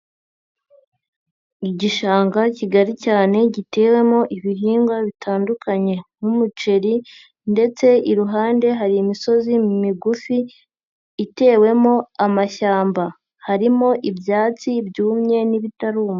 Igishanga kigari cyane gitewemo ibihingwa bitandukanye nk'umuceri ndetse iruhande hari imisozi migufi itewemo amashyamba. Harimo ibyatsi byumye n'ibitaruma.